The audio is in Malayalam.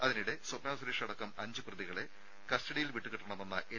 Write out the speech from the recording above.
അതിനിടെ സ്വപ്ന സുരേഷ് അടക്കം അഞ്ച് പ്രതികളെ കസ്റ്റഡിയിൽ വിട്ടുകിട്ടണമെന്ന എൻ